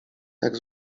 jak